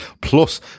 Plus